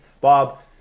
Bob